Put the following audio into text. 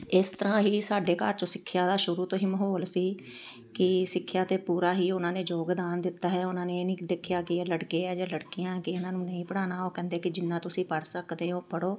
ਇਸ ਤਰ੍ਹਾਂ ਹੀ ਸਾਡੇ ਘਰ 'ਚੋਂ ਸਿੱਖਿਆ ਦਾ ਸ਼ੁਰੂ ਤੋਂ ਹੀ ਮਾਹੌਲ ਸੀ ਕਿ ਸਿੱਖਿਆ 'ਤੇ ਪੂਰਾ ਹੀ ਉਹਨਾਂ ਨੇ ਯੋਗਦਾਨ ਦਿੱਤਾ ਹੈ ਉਹਨਾਂ ਨੇ ਇਹ ਨਹੀਂ ਦੇਖਿਆ ਕਿ ਇਹ ਲੜਕੇ ਹੈ ਜਾਂ ਲੜਕੀਆਂ ਕਿ ਇਹਨਾਂ ਨੂੰ ਨਹੀਂ ਪੜ੍ਹਾਉਣਾ ਉਹ ਕਹਿੰਦੇ ਕਿ ਜਿੰਨਾਂ ਤੁਸੀਂ ਪੜ੍ਹ ਸਕਦੇ ਹੋ ਪੜ੍ਹੋ